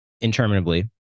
interminably